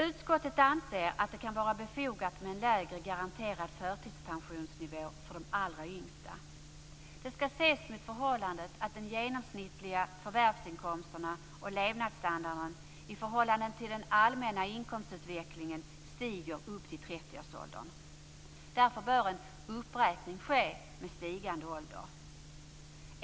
Utskottet anser att det kan vara befogat med en lägre garanterad förtidspensionsnivå för de allra yngsta. Det skall ses mot bakgrund av att de genomsnittliga förvärvsinkomsterna och levnadsstandarden i förhållande till den allmänna inkomstutvecklingen stiger upp till 30-årsåldern. Därför bör en uppräkning ske med stigande ålder.